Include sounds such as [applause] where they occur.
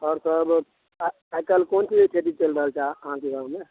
आओर सब आइ काल्ही कोन चीज होइ छै [unintelligible] अहाँके गाँवमे